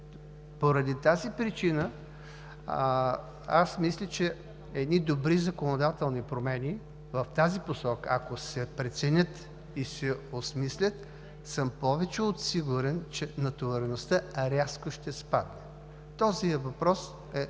Поради тази причина аз мисля, че едни добри законодателни промени в тази посока, ако се преценят и се осмислят, съм повече от сигурен, че натовареността рязко ще спадне. Този въпрос е